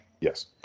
Yes